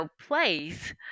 place